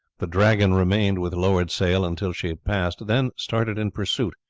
the dragon remained with lowered sail until she had passed then started in pursuit,